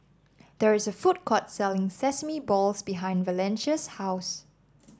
there is a food court selling Sesame Balls behind Valencia's house